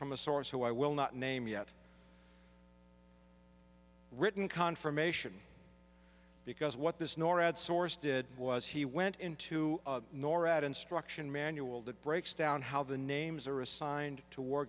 from a source who i will not name yet written confirmation because what this norad source did was he went into norad instruction manual that breaks down how the names are assigned to war